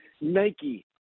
Nike